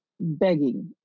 begging